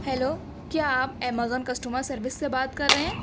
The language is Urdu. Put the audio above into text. ہیلو کیا آپ امیزان کسٹمر سروس سے بات کر رہے ہیں